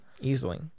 Easily